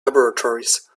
laboratories